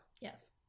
yes